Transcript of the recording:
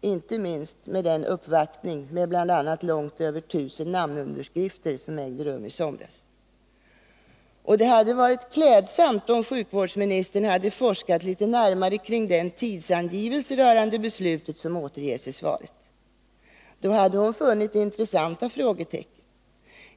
inte minst beträffande den uppvaktning med bl.a. långt över 1000 namnunderskrifter som ägde rum i somras. Det hade varit klädsamt om sjukvårdsministern hade forskat litet närmare kring den tidsangivelse rörande beslutet som återges i svaret. Då hade hon funnit intressanta frågetecken.